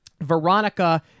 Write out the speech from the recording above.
Veronica